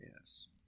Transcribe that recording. yes